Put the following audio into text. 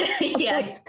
Yes